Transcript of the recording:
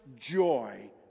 joy